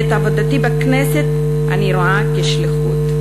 את עבודתי בכנסת אני רואה כשליחות,